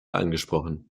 angesprochen